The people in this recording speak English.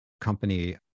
company